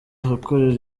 ahakorera